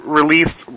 released